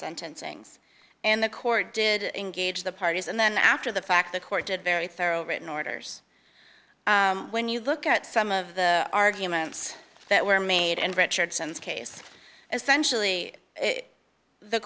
sentencings and the court did engage the parties and then after the fact the court did very thorough written orders when you look at some of the arguments that were made and richardson's case essentially the